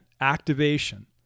activation